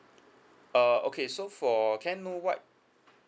uh okay so for can I know what